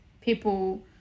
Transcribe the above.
people